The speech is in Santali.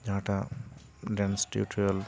ᱡᱟᱦᱟᱸ ᱴᱟᱜ ᱰᱮᱱᱥ ᱴᱤᱭᱳᱴᱳᱨᱤᱭᱟᱞ